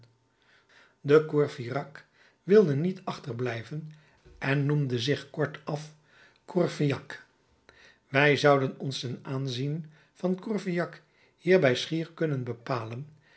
de courfeyrac wilde niet achterblijven en noemde zich kortaf courfeyrac wij zouden ons ten aanzien van courfeyrac hierbij schier kunnen bepalen